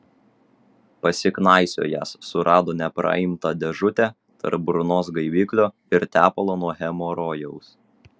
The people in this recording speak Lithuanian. pasiknaisiojęs surado nepraimtą dėžutę tarp burnos gaiviklio ir tepalo nuo hemorojaus